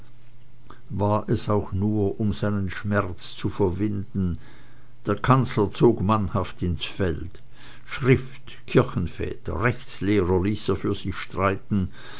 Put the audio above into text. war es auch nur um seinen schmerz zu verwinden der kanzler zog mannhaft ins feld schrift kirchenväter rechtslehrer ließ er für sich streiten